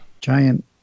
Giant